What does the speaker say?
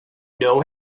know